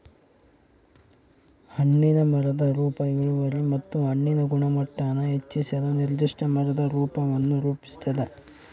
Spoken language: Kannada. ಹಣ್ಣಿನ ಮರದ ರೂಪ ಇಳುವರಿ ಮತ್ತು ಹಣ್ಣಿನ ಗುಣಮಟ್ಟಾನ ಹೆಚ್ಚಿಸಲು ನಿರ್ದಿಷ್ಟ ಮರದ ರೂಪವನ್ನು ರೂಪಿಸ್ತದ